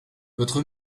votre